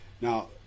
Now